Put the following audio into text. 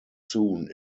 soon